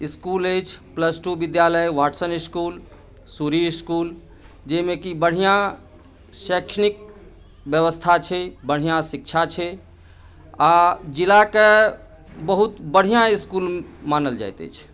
इसकुल अछि plus two विद्यालय Watson इसकुल सूरी इसकुल जाहिमे की बढ़िऑं शैक्षणिक व्यवस्था छै बढ़िऑं शिक्षा छै आ जिला के बहुत बढ़िऑं इसकुल मानल जाइत अछि